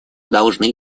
должны